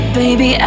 baby